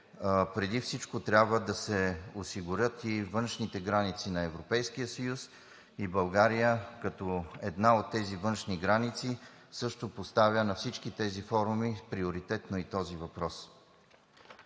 преди всичко трябва да се осигурят и външните граници на Европейския съюз и България, като една от тези външни граници също поставя на всички тези форуми приоритетно и този въпрос.